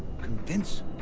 Convince